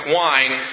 wine